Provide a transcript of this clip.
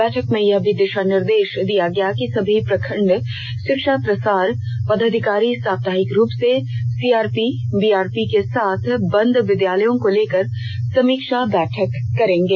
बैठक में यह भी दिशा निर्देश दिया गया कि सभी प्रखंड शिक्षा प्रसार पदाधिकारी साप्ताहिक रूप से सीआरपी बीआरपी के साथ बंद विद्यालयों को लेकर समीक्षा बैठक करेंगे